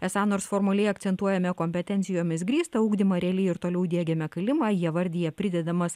esą nors formaliai akcentuojame kompetencijomis grįstą ugdymą realiai ir toliau diegiame kalimą jie vardija pridedamas